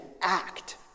act